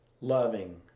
loving